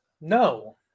No